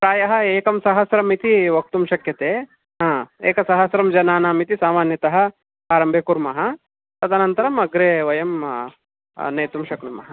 प्रायः एकं सहस्रम् इति वक्तुं शक्यते एकसहस्रं जनानामिति सामान्यतः आरम्भे कुर्मः तदनन्तरम् अग्रे वयं नेतुं शक्नुमः